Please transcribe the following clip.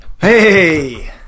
Hey